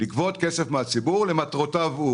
לגבות כסף מהציבור למטרותיו הוא